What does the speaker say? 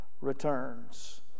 returns